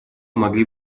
могли